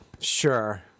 Sure